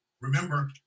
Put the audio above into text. Remember